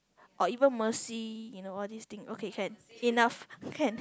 or even Mercy you know all these thing okay can enough can